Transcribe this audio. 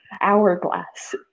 hourglass